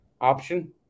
option